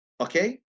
Okay